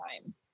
time